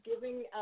giving